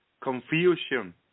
confusion